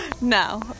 No